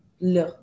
le